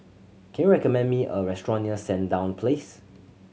can you recommend me a restaurant near Sandown Place